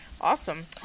awesome